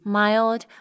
mild